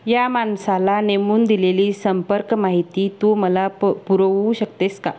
या माणसाला नेमून दिलेली संपर्क माहिती तू मला प पुरवू शकतेस का